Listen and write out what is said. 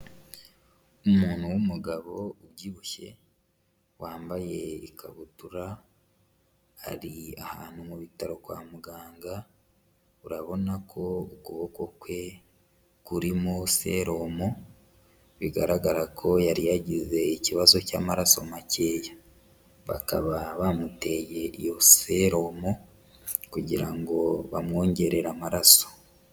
Umuntu w'umugabo ubyibushye wambaye ikabutura, ari ahantu mu bitaro kwa muganga, urabona ko ukuboko kwe kurimo serumu, bigaragara ko yari yagize ikibazo cy'amaraso makeya. Bakaba bamuteye iyo serumu kugira ngo bamwongerere amaraso.